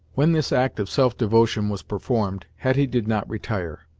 when this act of self-devotion was performed, hetty did not retire.